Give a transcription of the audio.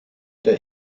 der